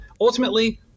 Ultimately